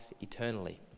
eternally